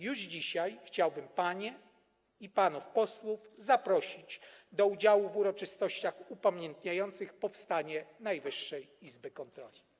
Już dzisiaj chciałbym panie i panów posłów zaprosić do udziału w uroczystościach upamiętniających powstanie Najwyższej Izby Kontroli.